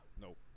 nope